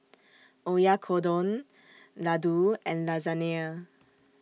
Oyakodon Ladoo and Lasagne